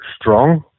strong